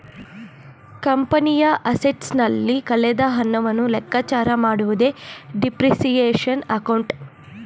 ಕಂಪನಿಯ ಅಸೆಟ್ಸ್ ನಲ್ಲಿ ಕಳೆದ ಹಣವನ್ನು ಲೆಕ್ಕಚಾರ ಮಾಡುವುದೇ ಡಿಪ್ರಿಸಿಯೇಶನ್ ಅಕೌಂಟ್